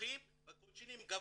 נמוכים והקוצ'ינים גבוהים,